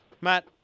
Matt